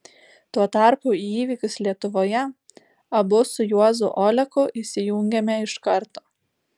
tuo tarpu į įvykius lietuvoje abu su juozu oleku įsijungėme iš karto